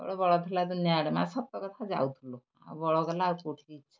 ତଳେ ବଳ ଥିଲା ଦୁନିଆ ଆଡ଼େ ମାଆ ସତ କଥା ଯାଉଥିଲୁ ଆଉ ବଳ ଗଲା ଆଉ କେଉଁଠି ଇଚ୍ଛା